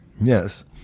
yes